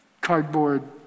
cardboard